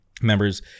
Members